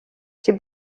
she